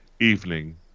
evening